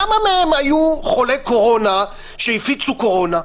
כמה מהם היו חולי קורונה, שהפיצו קורונה?